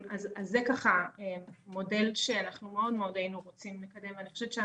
אז זה ככה מודל שאנחנו מאוד מאוד היינו רוצים לקדם והוא גם